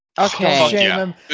Okay